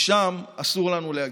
לשם אסור לנו להגיע.